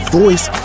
voice